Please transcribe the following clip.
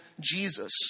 Jesus